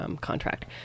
contract